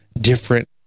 different